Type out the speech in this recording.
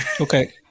okay